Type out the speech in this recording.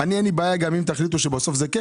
אין לי בעיה גם אם תחליטו שבסוף זה כן